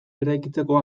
eraikitzeko